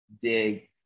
dig